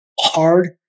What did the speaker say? hard